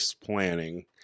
planning